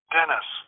Dennis